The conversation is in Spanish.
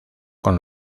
con